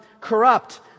corrupt